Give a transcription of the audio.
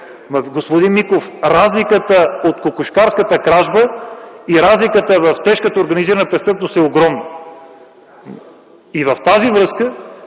Господин Миков, разликата от „кокошкарската кражба” и разликата в тежката организирана престъпност е огромна. В тази връзка